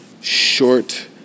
short